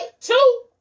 Two